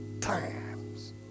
times